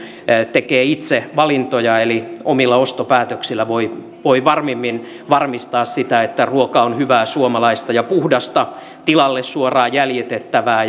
tekee itse valintoja eli omilla ostopäätöksillä voi voi varmimmin varmistaa sitä että ruoka on hyvää suomalaista ja puhdasta tilalle suoraan jäljitettävää